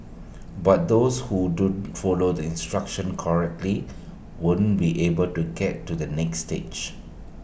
but those who don't follow the instructions correctly won't be able to get to the next stage